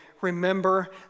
remember